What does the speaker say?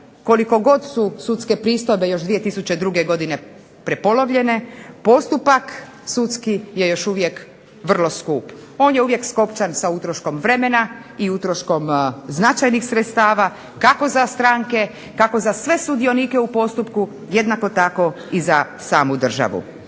koliko god su sudske pristojbe još 2002. godine prepolovljene, postupak sudski je još uvijek vrlo skup. On je uvijek skopčan sa utroškom vremena i utroškom značajnih sredstava, kako za stranke, kako za sve sudionike u postupku, jednako tako i za samu državu.